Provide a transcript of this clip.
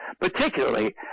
particularly